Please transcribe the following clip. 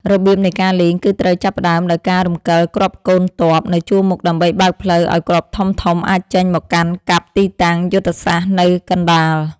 របៀបនៃការលេងគឺត្រូវចាប់ផ្តើមដោយការរំកិលគ្រាប់កូនទ័ពនៅជួរមុខដើម្បីបើកផ្លូវឱ្យគ្រាប់ធំៗអាចចេញមកកាន់កាប់ទីតាំងយុទ្ធសាស្ត្រនៅកណ្តាល។